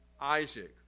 Isaac